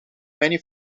many